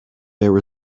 there